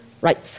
rights